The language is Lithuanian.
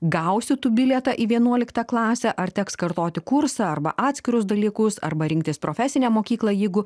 gausi tu bilietą į vienuoliktą klasę ar teks kartoti kursą arba atskirus dalykus arba rinktis profesinę mokyklą jeigu